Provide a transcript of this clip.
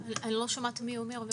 כדי שהוא יפעל,